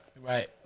Right